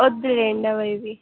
వద్దులెండి అవేవి